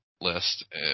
list